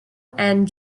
and